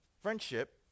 friendship